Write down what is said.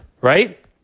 right